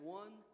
one